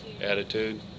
Attitude